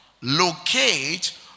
Locate